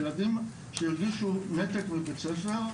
הילדים שהרגישו נתק מבית ספר,